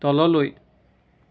তললৈ